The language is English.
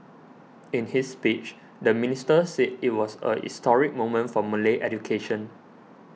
in his speech the minister said it was a historic moment for Malay education